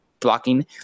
Blocking